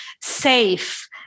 safe